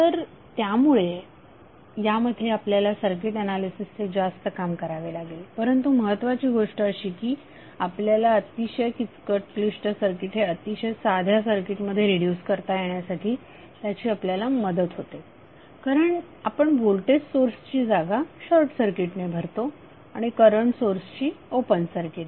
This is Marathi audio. तर त्यामुळे यामध्ये आपल्याला सर्किट ऍनालिसिसचे जास्त काम करावे लागेल परंतु महत्त्वाची गोष्ट अशी की आपल्याला अतिशय क्लिष्ट सर्किट हे अतिशय साध्या सर्किट मध्ये रीड्यूस करता येण्यासाठी त्याची आपल्याला मदत होते कारण आपण व्होल्टेज सोर्स ची जागा शॉर्टसर्किटने भरतो आणि करंट सोर्सची ओपन सर्किटने